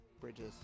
Bridges